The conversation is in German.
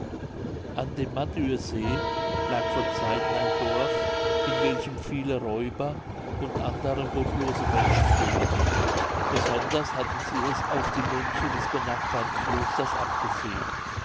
an dem madüesee lag vor zeiten ein dorf in welchem viele räuber und andere gottlose menschen wohnten besonders hatten sie es auf die mönche des benachbarten klosters abgesehen